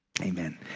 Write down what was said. Amen